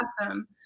Awesome